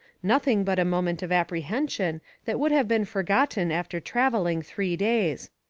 nothing but a moment of apprehension that would have been forgotten after traveling three days.